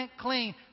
clean